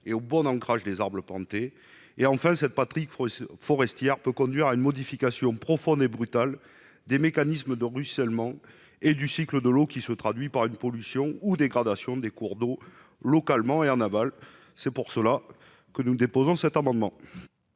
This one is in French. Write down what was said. et au bon ancrage des arbres plantés. Enfin, cette pratique forestière peut conduire à une modification profonde et brutale des mécanismes de ruissellement et du cycle de l'eau, ce qui se traduit par une pollution ou dégradation des cours d'eau, localement et en aval. La parole est à Mme